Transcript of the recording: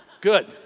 Good